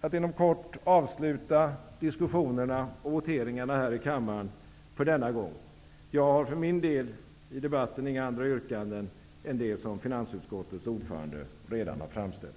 att avsluta diskussionerna och voteringarna här i kammaren för denna gång. Jag har för min del i debatten inga andra yrkanden än det som finansutskottets ordförande redan har framställt.